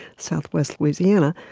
southwest louisiana,